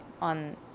on